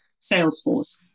Salesforce